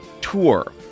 tour